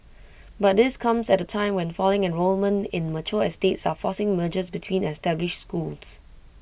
but this comes at A time when falling enrolment in mature estates are forcing mergers between established schools